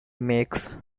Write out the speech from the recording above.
makes